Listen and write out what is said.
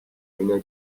اینا